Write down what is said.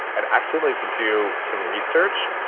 i'd actually like to do some research,